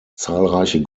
zahlreiche